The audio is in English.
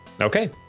okay